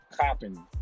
copping